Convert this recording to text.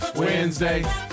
Wednesday